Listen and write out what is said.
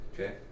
Okay